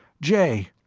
jay!